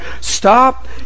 stop